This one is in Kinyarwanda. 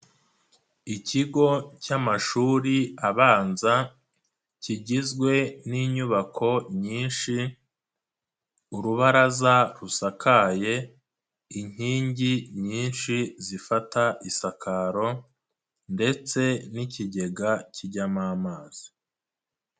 Ikigo cy'amashuri abanza kigizwe n'inyubako nyinshi, urubaraza rusakaye, inkingi nyinshi zifata isakaro ndetse n'ikigega kijyamo amazi.